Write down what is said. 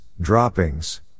droppings